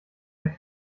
der